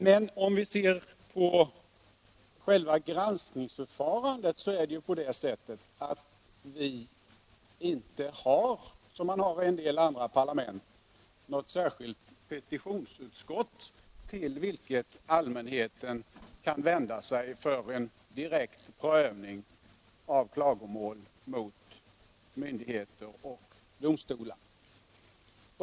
Men om vi ser på själva granskningsförfarandet är det ju på det sättet att vi i Sverige inte — som fallet är i en del andra parlament — har något särskilt petitionsutskott, till vilket allmänheten kan vända sig för en direkt prövning av klagomål mot myndigheter och domstolar.